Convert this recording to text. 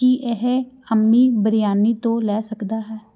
ਕੀ ਇਹ ਬਿਰਯਾਨੀ ਤੋਂ ਲੈ ਸਕਦਾ ਹੈ